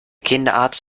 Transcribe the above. kinderarzt